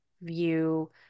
view